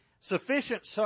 sufficient